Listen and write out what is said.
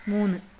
മൂന്ന്